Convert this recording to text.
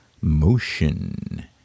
motion